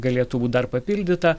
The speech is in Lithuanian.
galėtų būt dar papildyta